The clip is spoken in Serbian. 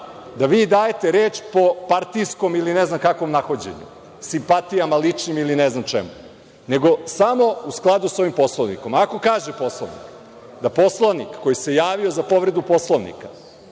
da vi dajete reč po partijskom ili ne znam kakvom nahođenju, simpatijama ličnim ili ne znam čemu, nego samo u skladu sa ovim Poslovnikom. Ako kaže Poslovnik – da poslanik koji se javio za povredu Poslovnika